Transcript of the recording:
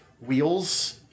wheels